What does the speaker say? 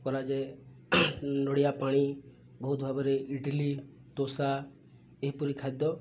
କରାଯାଏ ନଡ଼ିଆ ପାଣି ବହୁତ ଭାବରେ ଇଟିଲି ଦୋସା ଏହିପରି ଖାଦ୍ୟ